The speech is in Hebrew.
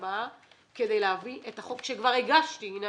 הבאה כדי להביא את החוק שכבר הגשתי הנה,